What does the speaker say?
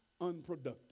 unproductive